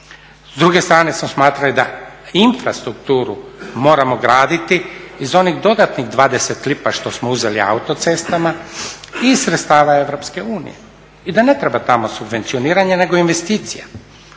S druge strane smo smatrali da infrastrukturu moramo graditi iz onih dodatnih 20 lipa što smo uzeli autocestama i iz sredstava EU i da ne treba tamo subvencioniranje nego investicija.